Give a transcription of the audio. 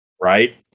Right